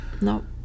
No